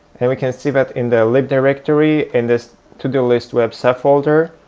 and we can see that in the lib directory, in this todo list web subfolder,